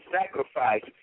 sacrifice